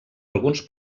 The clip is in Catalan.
alguns